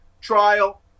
trial